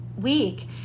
week